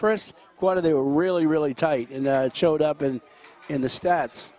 first quarter they were really really tight and it showed up and in the stats